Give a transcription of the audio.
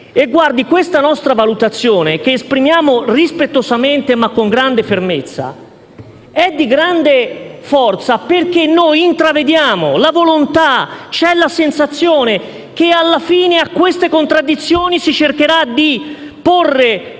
Presidente, questa valutazione che esprimiamo rispettosamente, ma con estrema fermezza, è di grande forza perché intravediamo una volontà: c'è la sensazione che alla fine a queste contraddizioni si cercherà di porre